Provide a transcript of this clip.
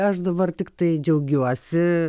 aš dabar tiktai džiaugiuosi